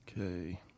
Okay